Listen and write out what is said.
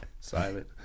silent